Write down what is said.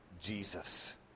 Jesus